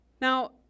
Now